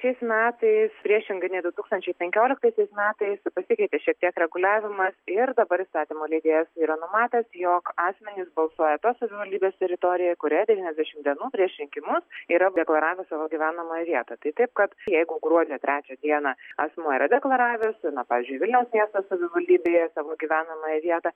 šiais metais priešingai nei du tūkstančiai penkioliktaisiais metais pasikeitė šiek tiek reguliavimas ir dabar įstatymų leidėjas yra numatęs jog asmenys balsuoja tos savivaldybės teritorijoj kurioje devyniasdešimt dienų prieš rinkimus yra deklaravę savo gyvenamąją vietą tai taip kad jeigu gruodžio trečią dieną asmuo yra deklaraves tai na pavyzdžiui vilniaus miesto savivaldybėje savo gyvenamąją vietą